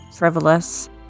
frivolous